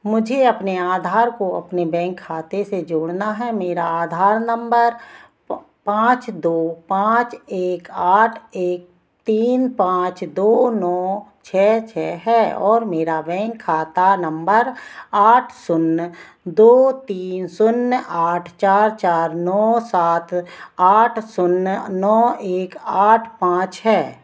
मुझे अपने आधार को अपने बैंक खाते से जोड़ना है मेरा आधार नंबर पाँच दो पाँच एक आठ एक तीन पाँच दो नौ छः छः है और मेरा बैंक खाता नंबर आठ शून्य दो तीन शून्य आठ चार चार नौ सात आठ शून्य नौ एक आठ पाँच है